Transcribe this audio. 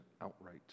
outright